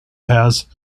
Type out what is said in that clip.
has